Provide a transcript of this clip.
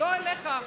לא אליך.